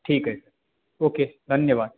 ठीक है ओके धन्यवाद